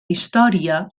història